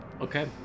okay